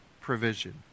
provision